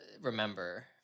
remember